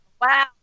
Wow